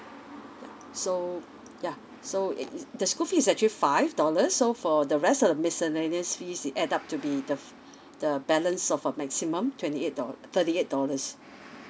so yeah so it the school fees actually five dollars so for the rest of the miscellaneous fees it add up to be the f~ the balance of a maximum twenty eight do thirty eight dollars